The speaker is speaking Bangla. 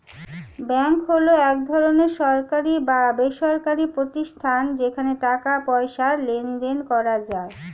ব্যাঙ্ক হলো এক ধরনের সরকারি বা বেসরকারি প্রতিষ্ঠান যেখানে টাকা পয়সার লেনদেন করা যায়